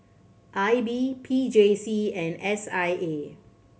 I B P J C and S I A